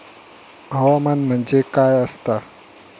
हवामान म्हणजे काय असता?